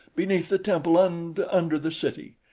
beneath the temple and under the city.